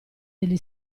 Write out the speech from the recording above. degli